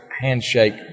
handshake